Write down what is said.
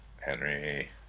Henry